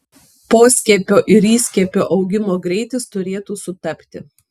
poskiepio ir įskiepio augimo greitis turėtų sutapti